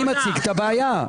אני מציג את הבעיה.